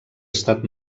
estat